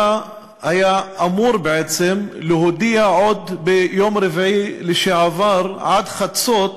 הממשלה היה אמור בעצם להודיע עוד ביום רביעי שעבר עד חצות